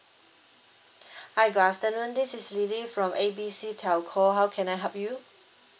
hi good afternoon this is lily from A B C telco how can I help you